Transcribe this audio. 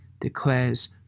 declares